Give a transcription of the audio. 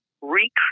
recreate